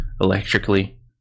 electrically